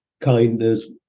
kindness